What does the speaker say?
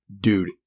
Dude